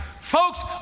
Folks